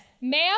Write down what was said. Ma'am